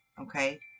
okay